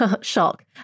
shock